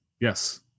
Yes